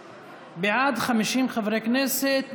גברתי.